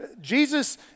Jesus